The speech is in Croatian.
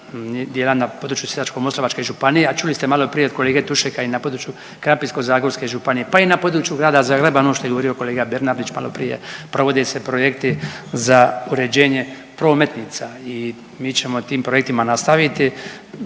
dijela na području Sisačko-moslavačke županije, a čuli ste maloprije od kolege Tušeka i na području Krapinsko-zagorske županije pa i na području Grada Zagreba ono što je govorio kolega Bernardić maloprije provode se projekti za uređenje prometnica i mi ćemo tim projektima nastaviti